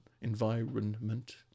Environment